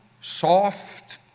soft